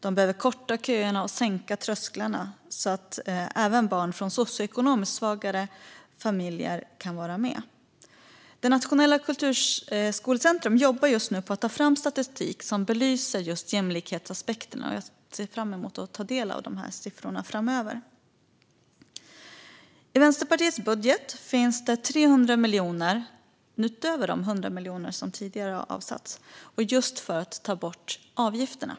De behöver korta köerna och sänka trösklarna, så att även barn från socioekonomiskt svagare familjer kan vara med. Det nationella kulturskolecentrumet jobbar nu med att ta fram statistik som belyser just jämlikhetsaspekterna. Jag ser fram emot att ta del av de siffrorna framöver. I Vänsterpartiets budget finns 300 miljoner, utöver de 100 miljoner som tidigare har avsatts, för att få bort avgifterna.